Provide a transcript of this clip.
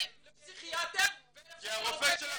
--- הם מפחדים לתת,